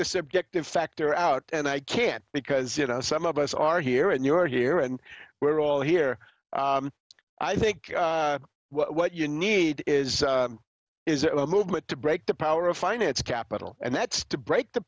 the subjective factor out and i can't because you know some of us are here and you're here and we're all here i think what you need is is a movement to break the power of finance capital and that's to break the